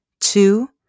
Two